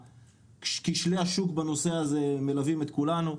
כשלי השוק בנושא הזה מלווים את כולנו.